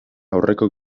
aurreko